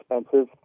expensive